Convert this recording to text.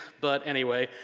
but anyway.